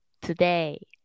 today